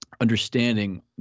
understanding